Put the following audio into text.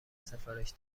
سفارش